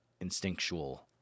instinctual